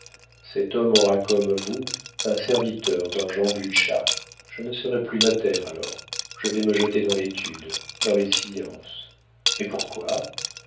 cet homme aura comme vous un serviteur dans jean butscha je ne serai plus notaire alors je vais me jeter dans l'étude dans les sciences et pourquoi